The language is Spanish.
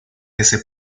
ese